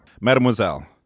Mademoiselle